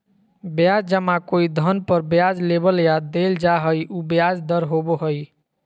ब्याज जमा कोई धन पर ब्याज लेबल या देल जा हइ उ ब्याज दर होबो हइ